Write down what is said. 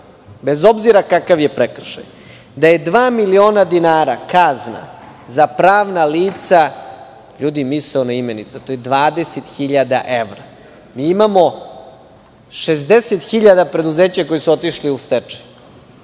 bez obzira kakav je prekršaj. Da je dva miliona dinara kazna za pravna lica, to je misaona imenica, to je 20.000 evra. Imamo 60.000 preduzeća koja su otišla u stečaj.